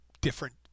different